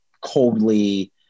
coldly